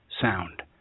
sound